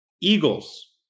Eagles